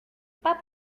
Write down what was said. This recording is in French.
pas